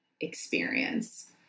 experience